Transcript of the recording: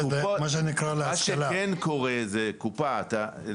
מה שנקרא להשכלה --- מה שכן קורה זה שלמשל